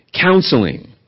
counseling